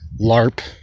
LARP